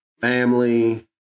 family